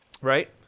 right